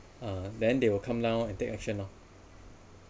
uh and then they will come down and take action lor